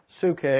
suke